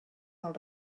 del